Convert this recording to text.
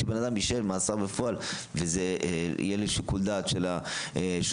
כשבנאדם יישב מאסר בפועל וזה יהיה לשיקול דעת של השופט,